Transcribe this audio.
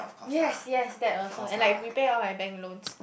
yes yes that also and like repay all my bank loans